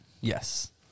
Yes